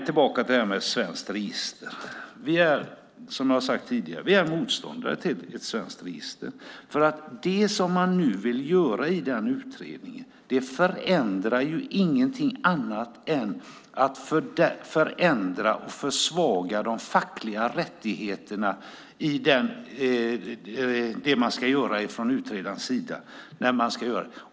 Tillbaka till detta med ett svenskt register: Som jag har sagt tidigare är vi motståndare till ett svenskt register. Det man nu vill göra i denna utredning förändrar nämligen ingenting annat än att de fackliga rättigheterna förändras och försvagas när det gäller det som ska göras från redarens sida och när det ska göras.